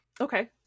okay